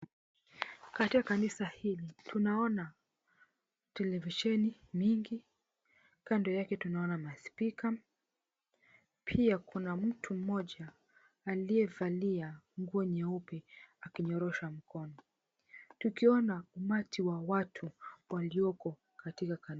Katika kanisa hili tunaona televisheni mingi, kando yake tunaona maspika, pia kuna mtu mmoja aliyevalia nguo nyeupe akinyorosha mkono tukiona umati wa watu walioko katika kanisa hii.